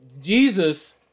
Jesus